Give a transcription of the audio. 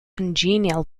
congenial